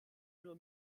nur